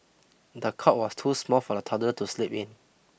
the cot was too small for the toddler to sleep in